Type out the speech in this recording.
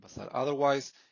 Otherwise